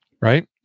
right